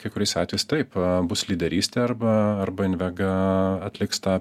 kai kuriais atvejais taip bus lyderystė arba arba invega atliks tą